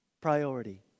priority